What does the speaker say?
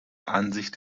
ansicht